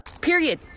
period